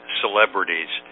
celebrities